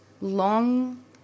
long